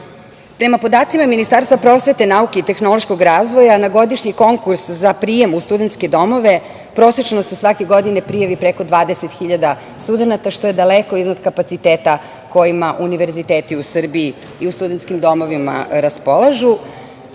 podacima Ministarstva prosvete, nauke i tehnološkog razvoja, na godišnji konkurs za prijem u studentske domove prosečno se svake godine prijavi preko 20.000 studenata, što je daleko iznad kapaciteta kojima univerziteti u Srbiji i u studentskim domovima raspolažu. Evo,